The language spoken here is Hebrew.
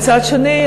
מצד שני,